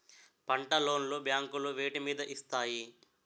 పంట లోన్ లు బ్యాంకులు వేటి మీద ఇస్తాయి?